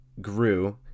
grew